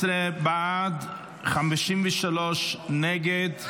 14 בעד, 53 נגד.